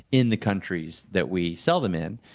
in the countries that we sell them in.